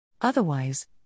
Otherwise